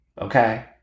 Okay